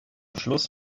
schluss